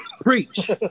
Preach